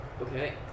Okay